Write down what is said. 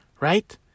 right